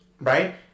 Right